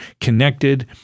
connected